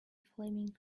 flaming